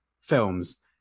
films